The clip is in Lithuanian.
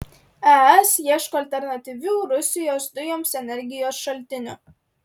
es ieško alternatyvių rusijos dujoms energijos šaltinių